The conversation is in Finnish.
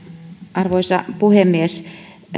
arvoisa puhemies